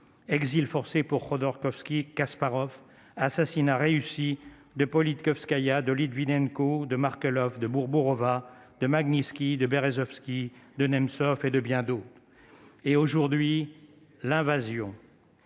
exil forcé pour Khodorkovski Kasparov assassinat réussi de Politkovskaïa de Lutvinenko de Markelov de Bourbon va de Magnus ski de Berezovski de même sauf et de bien d'autres, et aujourd'hui l'invasion.